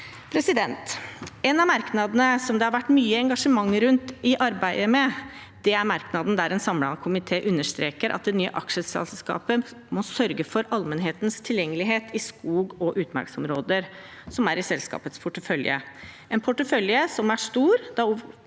beste. En av merknadene som det har vært mye engasjement rundt i arbeidet med, er merknaden der en samlet komité understreker at det nye aksjeselskapet må sørge for allmennhetens tilgjengelighet i skog- og utmarksområder som er i selskapets portefølje – en portefølje som er stor,